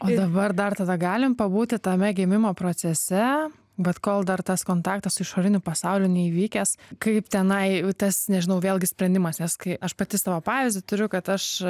o dabar dar tada galim pabūti tame gimimo procese bet kol dar tas kontaktas su išoriniu pasauliu neįvykęs kaip tenai tas nežinau vėlgi sprendimas nes kai aš pati savo pavyzdį turiu kad aš